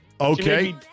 Okay